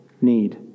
need